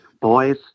boys